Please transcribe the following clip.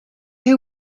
who